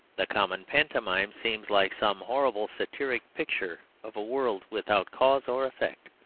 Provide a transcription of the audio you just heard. the common pantomime seems like some horrible satiric picture of a world without cause or effect,